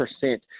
percent